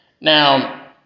Now